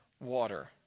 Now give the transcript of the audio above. water